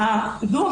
בדוח